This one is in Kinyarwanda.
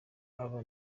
aba